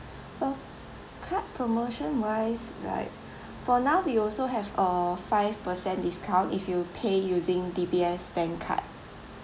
oh card promotion wise right for now we also have a five percent discount if you pay using D_B_S bank card